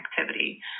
activity